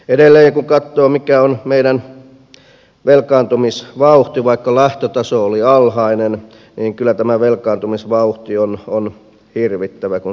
edelleen kun katsoo mikä on meidän velkaantumisvauhtimme vaikka lähtötaso oli alhainen niin kyllä tämä velkaantumisvauhti on hirvittävä kun suoraan sanoo